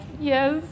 yes